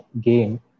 game